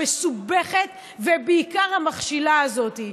המסובכת ובעיקר המכשילה הזאת.